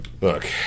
Look